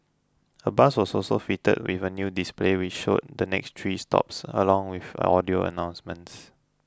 a bus was also fitted with a new display which showed the next three stops along with audio announcements